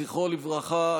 זכרו לברכה,